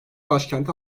başkenti